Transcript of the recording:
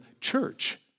church